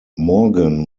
morgan